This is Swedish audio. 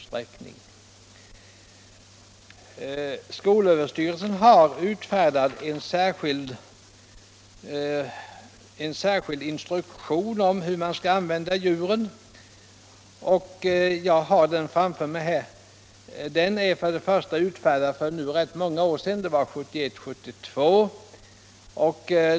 Skolöverstyrelsen har utfärdat en särskild instruktion om hur man skall använda djuren vid sådana studier. Jag har den instruktionen framför mig här. Den utfärdades för rätt många år sedan, 1971/1972.